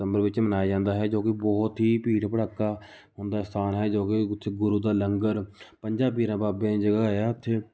ਸਤੰਬਰ ਵਿੱਚ ਮਨਾਇਆ ਜਾਂਦਾ ਹੈ ਜੋ ਕਿ ਬਹੁਤ ਹੀ ਭੀੜ ਭੜੱਕਾ ਹੁੰਦਾ ਸਥਾਨ ਹੈ ਜੋ ਕਿ ਉੱਥੇ ਗੁਰੂ ਦਾ ਲੰਗਰ ਪੰਜਾਂ ਪੀਰਾਂ ਬਾਬਿਆਂ ਦੀ ਜਗ੍ਹਾ ਹੈ ਉੱਥੇ